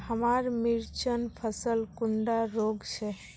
हमार मिर्चन फसल कुंडा रोग छै?